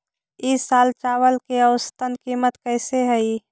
ई साल चावल के औसतन कीमत कैसे हई?